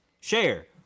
share